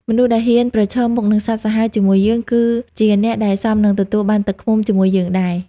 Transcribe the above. មនុស្សដែលហ៊ានប្រឈមមុខនឹងសត្វសាហាវជាមួយយើង គឺជាអ្នកដែលសមនឹងទទួលបានទឹកឃ្មុំជាមួយយើងដែរ។